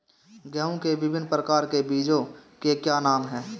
गेहूँ के विभिन्न प्रकार के बीजों के क्या नाम हैं?